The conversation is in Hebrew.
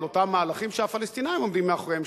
אותם מהלכים שהפלסטינים עומדים מאחוריהם,